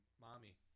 mommy